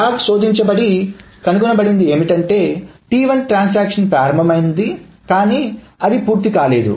log శోధించబడుతోంది కనుగొనబడినది ఏమిటంటే T1 ట్రాన్సాక్షన్ ప్రారంభమైంది కానీ అది పూర్తి కాలేదు